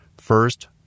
First